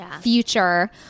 future